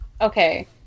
okay